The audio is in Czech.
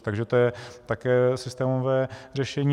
Takže to je také systémové řešení.